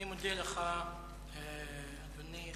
אני מודה לך, אדוני.